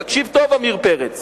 תקשיב טוב, עמיר פרץ.